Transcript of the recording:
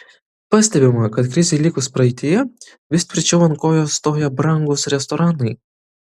pastebima kad krizei likus praeityje vis tvirčiau ant kojų stoja brangūs restoranai